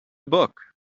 book